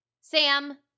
Sam